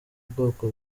bwoko